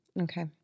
Okay